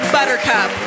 Buttercup